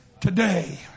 Today